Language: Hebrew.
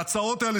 וההצעות האלה,